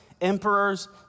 emperors